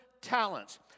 talents